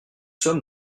sommes